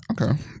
Okay